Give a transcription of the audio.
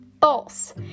false